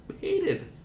hated